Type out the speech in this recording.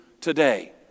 today